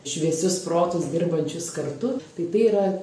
šviesius protus dirbančius kartu tai tai yra